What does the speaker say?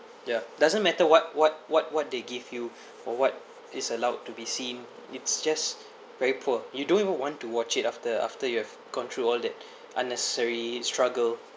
ya doesn't matter what what what what they give you for what is allowed to be seen it's just very poor you don't even want to watch it after after you have gone through all that unnecessary struggle